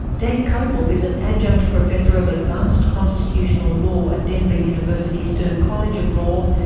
dave kopel is an adjunct professor of advanced constitutional law at denver university stern college of law,